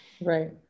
Right